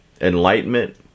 enlightenment